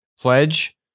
pledge